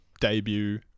debut